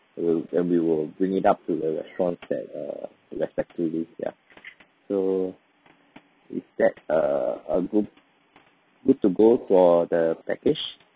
we'll and we will bring it up to the restaurants that err respect to this ya so is that err are you good good to go for the package